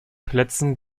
plätzen